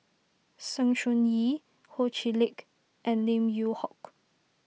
Sng Choon Yee Ho Chee Lick and Lim Yew Hock